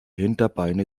hinterbeine